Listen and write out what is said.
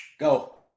Go